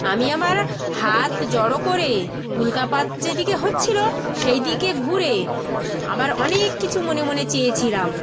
আমি আমার হাত জড়ো করে উল্কাপাত যে দিকে হচ্ছিল সেই দিকে ঘুরে আবার অনেক কিছু মনে মনে চেয়েছিলাম